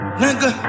nigga